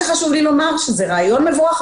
חשוב לי לומר שזה רעיון מבורך,